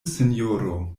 sinjoro